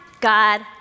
God